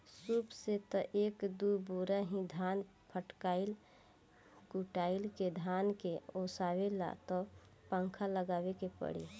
सूप से त एक दू बोरा ही धान फटकाइ कुंयुटल के धान के ओसावे ला त पंखा लगावे के पड़ी